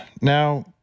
Now